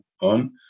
on